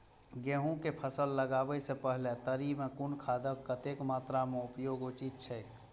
गेहूं के फसल लगाबे से पेहले तरी में कुन खादक कतेक मात्रा में उपयोग उचित छेक?